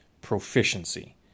proficiency